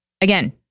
Again